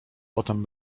potem